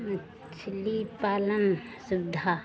मछली पालन सुविधा